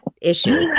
issue